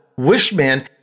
Wishman